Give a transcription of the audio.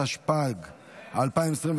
התשפ"ג 2023,